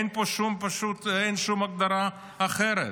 אין שום הגדרה אחרת.